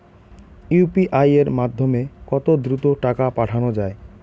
UPI এর মাধ্যমে কত দ্রুত টাকা পাঠানো যায়?